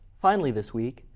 finally this week.